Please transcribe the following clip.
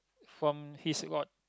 from his got